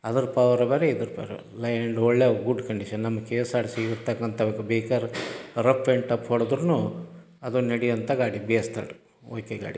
ಅದರ ಪವರೇ ಬೇರೆ ಇದ್ರ ಪವರೇ ಲೈಲ್ಯಾಂಡ್ ಒಳ್ಳೆಯ ಗುಡ್ ಕಂಡೀಷನ್ ನಮ್ಮ K S R T C ಇರತಕ್ಕಂಥ ಬೇಕಾರೆ ರಫ್ ಆ್ಯಂಡ್ ಟಫ್ ಹೊಡ್ದ್ರೂ ಅದು ನಡೆಯಂಥ ಗಾಡಿ ಬಿ ಎಸ್ ತರ್ಡು ಓಕೆ ಗಾಡಿ